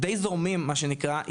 די זורמים מה שנקרא,